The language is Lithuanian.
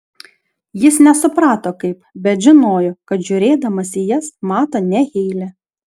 jis nesuprato kaip bet žinojo kad žiūrėdamas į jas mato ne heilę